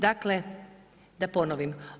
Dakle da ponovim.